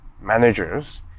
managers